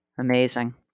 Amazing